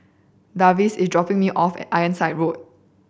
Darvin is dropping me off at Ironside Road